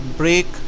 break